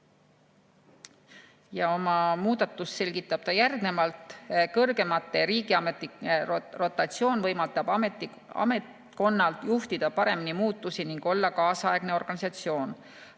Ja oma muudatust selgitab ta järgnevalt. Kõrgemate riigiametnike rotatsioon võimaldab ametkonnal paremini muudatusi juhtida ning olla kaasaegne organisatsioon.